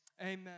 amen